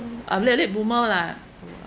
I'm late late bloomer lah